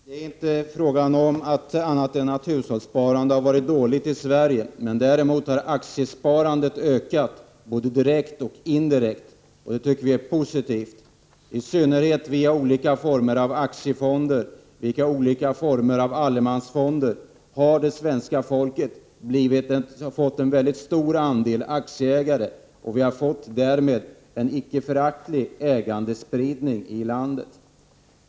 Herr talman! Det är inte fråga om annat än att hushållssparandet i Sverige har varit dåligt, men däremot har både det direkta och indirekta aktiesparandet ökat, vilket vi anser vara positivt. I synnerhet via olika former av aktiefonder och allemansfonder utgörs nu det svenska folket av en mycket stor andel aktieägare. Därmed har vi fått en icke föraktlig ägandespridning i hela landet.